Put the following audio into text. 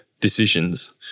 decisions